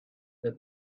that